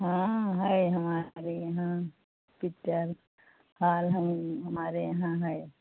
हाँ है हमारे यहाँ पिक्चर हॉल हम हमारे यहाँ है